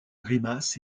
grimaces